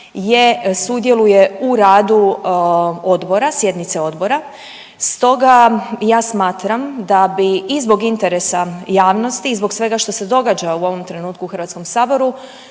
sudjeluje u radu odbora, sjednice odbora. Stoga ja smatram da bi i zbog interesa javnosti i zbog svega što se događa u ovom trenutku u HS bilo